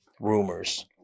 rumors